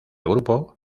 grupo